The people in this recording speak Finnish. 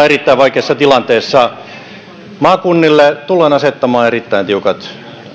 erittäin vaikeassa tilanteessa maakunnille tullaan asettamaan erittäin tiukat